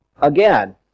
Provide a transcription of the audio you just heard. again